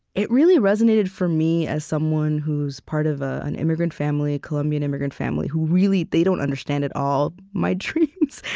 it really resonated for me, as someone who's part of ah an immigrant family, a colombian immigrant family who really they don't understand, at all, my dreams,